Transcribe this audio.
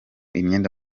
imyenda